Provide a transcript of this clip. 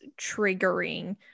triggering